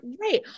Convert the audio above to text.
Right